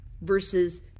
versus